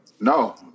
no